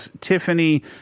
Tiffany